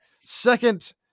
second